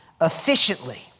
efficiently